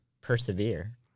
persevere